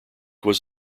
was